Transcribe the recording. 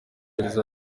yagize